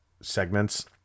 segments